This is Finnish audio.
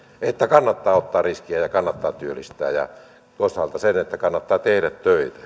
että kannattaa ottaa riskiä ja ja kannattaa työllistää ja toisaalta sen että kannattaa tehdä töitä viime